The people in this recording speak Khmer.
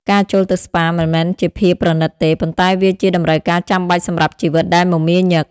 ការចូលទៅស្ប៉ាមិនមែនជាភាពប្រណីតទេ ប៉ុន្តែវាជាតម្រូវការចាំបាច់សម្រាប់ជីវិតដែលមមាញឹក។